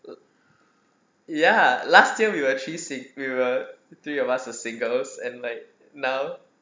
ya last year we were actually si~ we were three of us were singles and like now